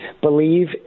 believe